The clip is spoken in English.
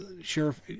Sheriff